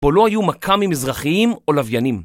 בו לא היו מכמי"ם אזרחיים או לוויינים